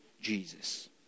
Jesus